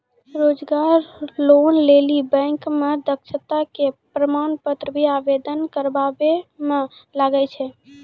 रोजगार लोन लेली बैंक मे दक्षता के प्रमाण पत्र भी आवेदन करबाबै मे लागै छै?